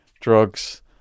drugs